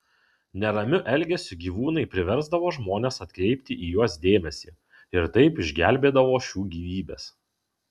neramiu elgesiu gyvūnai priversdavo žmones atkreipti į juos dėmesį ir taip išgelbėdavo šių gyvybes